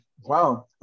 Wow